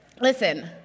listen